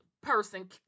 person